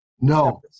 No